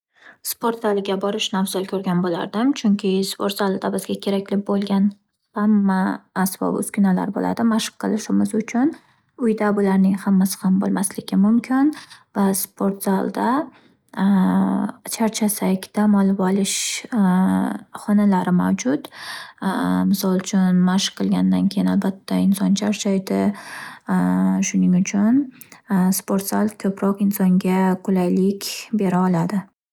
Sport zaliga borishni afzal ko'rgan bo'lardim. Chunki sport zalida bizga kerakli bo'lgan hamma asbob - uskunalar bo'ladi mashq qilishimiz uchun. Uyda bularning hammasi ham bo'lmasligi mumkin va sport zalda charchasak dam olib olish xonalari mavjud. Misol uchun, mashq qilganidan keyin inson albatta charchaydi. Shuning uchun sport zali insonga qulaylik bera oladi.